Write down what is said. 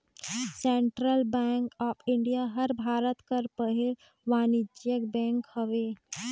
central bank of India हर भारत कर पहिल वानिज्यिक बेंक हवे